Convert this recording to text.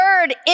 word